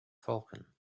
falcon